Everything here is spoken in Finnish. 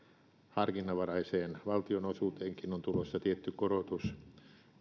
harkinnanvaraiseen valtionosuuteenkin on tulossa tietty korotus